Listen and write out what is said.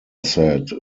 said